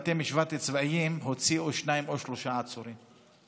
שבבתי המשפט הצבאים הוציאו שניים או שלושה עצורים.